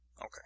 Okay